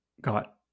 got